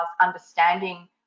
understanding